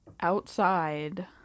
Outside